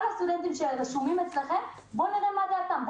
הסטודנטים שרשומים אצלם ובואו נראה מה דעתם,